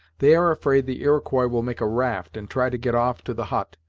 they are afraid the iroquois will make a raft and try to get off to the hut,